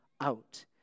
out